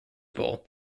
bowl